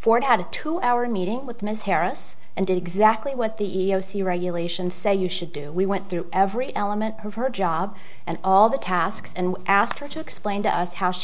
for doubt a two hour meeting with ms harris and did exactly what the e e o c regulations say you should do we went through every element of her job and all the tasks and asked her to explain to us how she